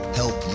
help